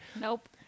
Nope